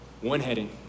one-heading